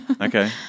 Okay